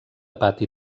pati